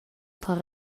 per